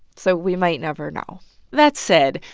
so we might never know that said,